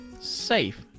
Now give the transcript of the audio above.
safe